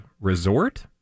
resort